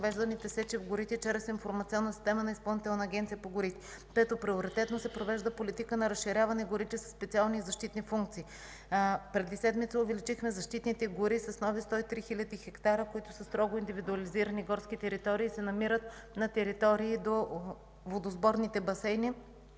Пето, приоритетно се провежда политика на разширяване на горите със специални защитни функции. Преди седмица увеличихме защитните гори с нови 103 хил. хектара, които са строго индивидуализирани горски територии и се намират на територии до водосборните басейни.